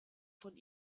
von